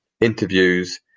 interviews